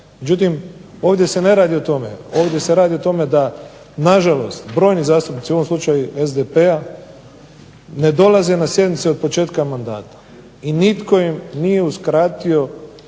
Međutim, ovdje se ne radi o tome. Ovdje se radi o tome da na žalost brojni zastupnici u ovom slučaju i SDP-a ne dolaze na sjednicu od početka mandata, i nitko im nije uskratio